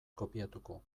kopiatuko